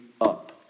up